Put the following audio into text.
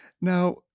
Now